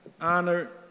honored